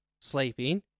sleeping